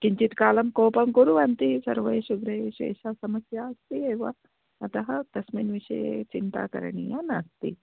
किञ्चित् कालं कोपं कुर्वन्ति सर्वेषु गृहेषु एषा समस्या अस्ति एव अतः तस्मिन् विषये चिन्ता करणीया नास्ति